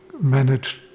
managed